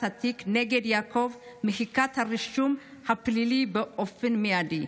התיק נגד יעקב ולמחיקת הרישום הפלילי באופן מיידי.